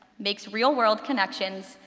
makes real-world connections,